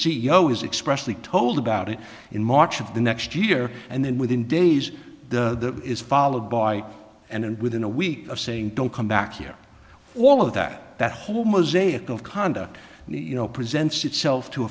o is expressly told about it in march of the next year and then within days the is followed by and within a week of saying don't come back here all of that that whole mosaic of conduct you know presents itself to